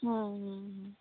হুম হুম